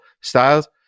styles